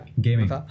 Gaming